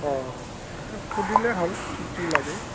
অঁ সুধিলে হ'ল কি কি লাগে